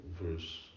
verse